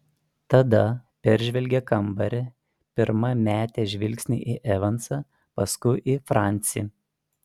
tada peržvelgė kambarį pirma metė žvilgsnį į evansą paskui į francį